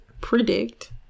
predict